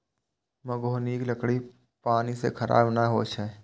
महोगनीक लकड़ी पानि सं खराब नै होइ छै